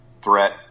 threat